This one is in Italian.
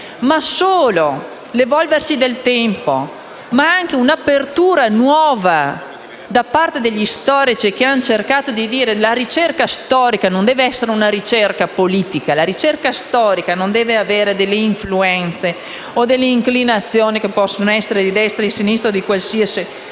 Solo l'evolversi del tempo e un'apertura nuova da parte degli storici che hanno cercato di dire che la ricerca storica non deve essere politica, non deve avere delle influenze o inclinazioni, che possono essere di destra o sinistra o di qualsiasi